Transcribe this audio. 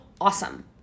Awesome